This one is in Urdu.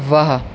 وہ